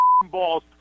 balls